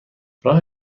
راه